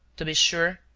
to be sure,